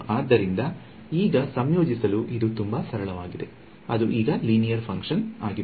ಆದ್ದರಿಂದ ಈಗ ಸಂಯೋಜಿಸಲು ಇದು ತುಂಬಾ ಸರಳವಾಗಿದೆ ಅದು ಈಗ ಲೀನಿಯರ್ ಫಂಕ್ಷನ್ ಆಗಿದೆ